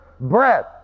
breath